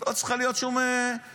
לא צריכה להיות שום אפליה.